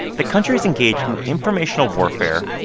the country's engaged in informational warfare,